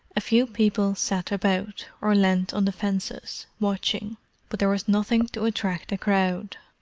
a few people sat about, or leaned on the fences, watching but there was nothing to attract a crowd.